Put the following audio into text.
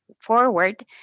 forward